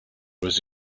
was